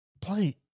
play